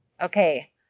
Okay